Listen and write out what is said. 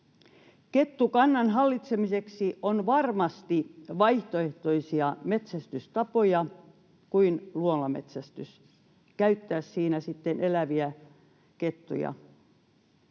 Kettukannan hallitsemiseksi on varmasti vaihtoehtoisia metsästystapoja kuin luolametsästyksessä elävien kettujen